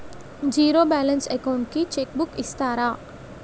Zero balance account కి cheque book ఇస్తారా?